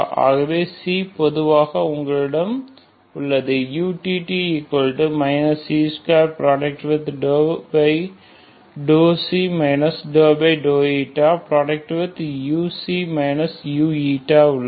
ஆகவே c பொதுவானது உங்களிடம் utt c2 உள்ளது